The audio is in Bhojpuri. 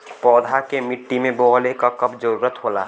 पौधा के मिट्टी में बोवले क कब जरूरत होला